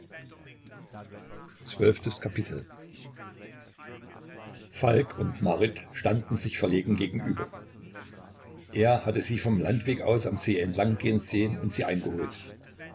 falk und marit standen sich verlegen gegenüber er hatte sie vom landweg aus am see entlang gehen sehen und sie eingeholt